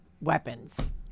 weapons